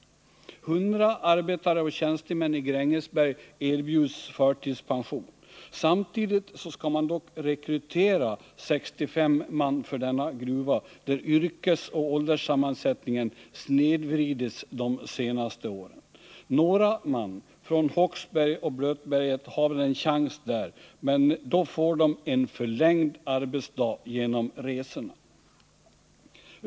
100 arbetare och tjänstemän i Grängesberg erbjuds förtidspension. Samtidigt skall man dock rekrytera 65 man för denna gruva, där yrkesoch ålderssammansättningen har snedvridits de senaste åren. Några man från Håksberg och Blötberget har väl en chans där, men de får då en förlängd arbetsdag genom resorna.